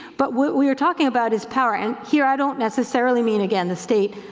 but what we are talking about is power. and here, i don't necessarily mean, again, the state